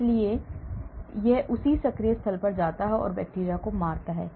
इसलिए यह उसी सक्रिय स्थल पर जाता है और बैक्टीरिया को मारता है